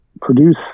produce